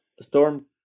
storm